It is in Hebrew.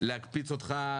להקפיץ אותך,